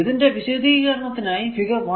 ഇതിന്റെ വിശദീകരണത്തിനായി ഫിഗർ 1